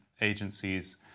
agencies